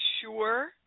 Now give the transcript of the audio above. sure